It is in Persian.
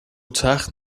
تخت